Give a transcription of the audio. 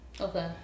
Okay